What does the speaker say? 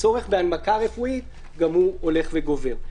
הצורך בהנמקה רפואית גם הוא הולך וגובר.